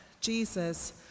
Jesus